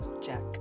Jack